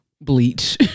Bleach